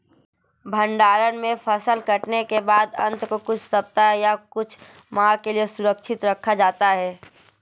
भण्डारण में फसल कटने के बाद अन्न को कुछ सप्ताह या कुछ माह के लिये सुरक्षित रखा जाता है